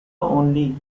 only